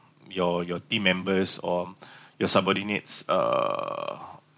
your your team members or your subordinates uh